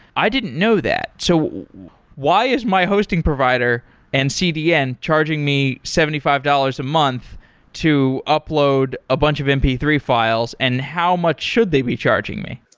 i didn't know that. so why is my hosting provider and cdn charging me seventy five dollars a month to upload a bunch of m p three files and how much should they be charging me?